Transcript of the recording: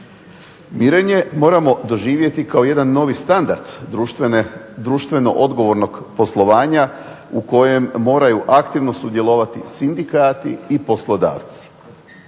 Mirenje moramo doživjeti kao jedan novi standard društveno odgovornog poslovanja u kojem moraju aktivno sudjelovati sindikati i poslodavci.